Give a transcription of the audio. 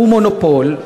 הוא מונופול.